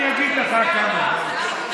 אני אגיד לך כמה דברים.